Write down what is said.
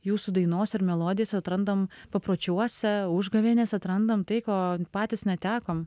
jūsų dainose ir melodijose atrandam papročiuose užgavėnėse atrandam tai ko patys netekom